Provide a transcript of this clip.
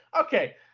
okay